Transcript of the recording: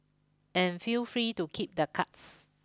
and feel free to keep the cuts